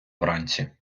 вранці